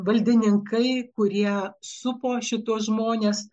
valdininkai kurie supo šituos žmones